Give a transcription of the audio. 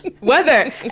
weather